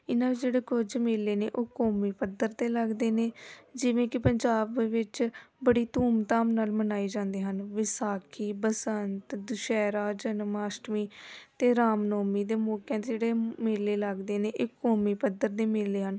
ਇਹਨਾਂ ਦੇ ਜਿਹੜੇ ਕੁਝ ਮੇਲੇ ਨੇ ਉਹ ਕੌਮੀ ਪੱਧਰ 'ਤੇ ਲੱਗਦੇ ਨੇ ਜਿਵੇਂ ਕਿ ਪੰਜਾਬ ਵਿੱਚ ਬੜੀ ਧੂਮ ਧਾਮ ਨਾਲ ਮਨਾਏ ਜਾਂਦੇ ਹਨ ਵਿਸਾਖੀ ਬਸੰਤ ਦੁਸਹਿਰਾ ਜਨਮ ਅਸ਼ਟਮੀ ਅਤੇ ਰਾਮਨੌਮੀ ਦੇ ਮੌਕਿਆਂ 'ਤੇ ਜਿਹੜੇ ਮੇਲੇ ਲੱਗਦੇ ਨੇ ਇਹ ਕੌਮੀ ਪੱਧਰ ਦੇ ਮੇਲੇ ਹਨ